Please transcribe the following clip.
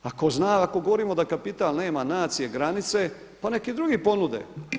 Ako zna, ako govorimo da kapital nema nacije, granice, pa neka i drugi ponude.